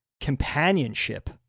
companionship